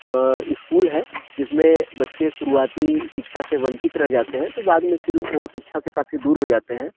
अ school है इसमें बच्चे शुरुआती शिक्षा से वंचित रह जाते हैं तो बाद में फिर वो शिक्षा से काफी दूर हो जाते हैं